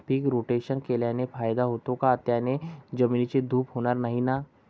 पीक rotation केल्याने फायदा होतो का? त्याने जमिनीची धूप होणार नाही ना?